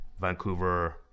Vancouver